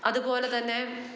അതുപോലെ തന്നെ